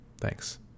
Thanks